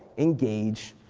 engage,